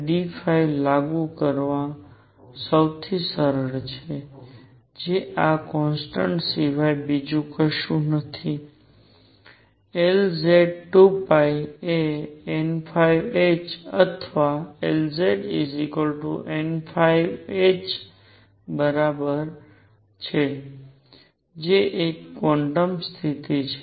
pdϕ લાગુ કરવું સૌથી સરળ છે જે આ કોન્સટન્ટ સિવાય બીજું કશું નથી Lz2 એ nh અથવા Lzn ના બરાબર છે જે એક ક્વોન્ટમ સ્થિતિ છે